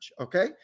okay